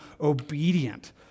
obedient